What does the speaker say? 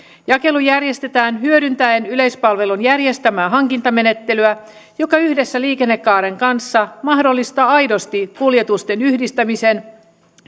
jakelu järjestetään hyödyntäen yleispalvelun järjestämää hankintamenettelyä joka yhdessä liikennekaaren kanssa mahdollistaa aidosti kuljetusten yhdistämisen